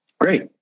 Great